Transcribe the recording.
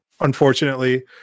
unfortunately